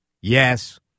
Yes